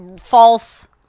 false